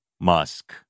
Musk